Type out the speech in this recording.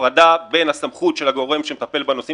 הפרדה בין הסמכות של הגורם שמטפל בנושאים